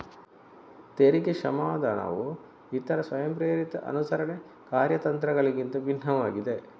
ತೆರಿಗೆ ಕ್ಷಮಾದಾನವು ಇತರ ಸ್ವಯಂಪ್ರೇರಿತ ಅನುಸರಣೆ ಕಾರ್ಯತಂತ್ರಗಳಿಗಿಂತ ಭಿನ್ನವಾಗಿದೆ